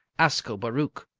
ascobaruch.